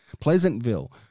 Pleasantville